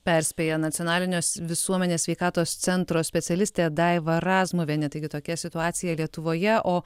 perspėja nacionalinės visuomenės sveikatos centro specialistė daiva razmuvienė taigi tokia situacija lietuvoje o